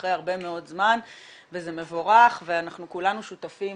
אחרי הרבה מאד זמן וזה מבורך וכולנו שותפים